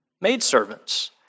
maidservants